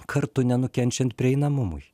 kartu nenukenčiant prieinamumui